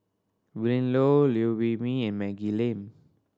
Willin Low Liew Wee Mee and Maggie Lim